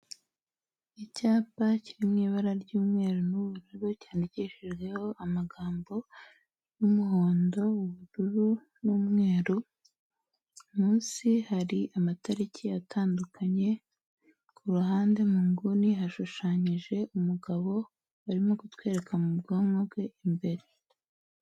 Icyapa kiri mu ibara ry'umweru n'ubururu, cyandikishijweho amagambo y'umuhondo, ubururu n'umweru, munsi hari amatariki atandukanye, ku ruhande mu nguni hashushanyije umugabo arimo kutwereka mu bwonko bwe imbere.